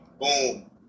Boom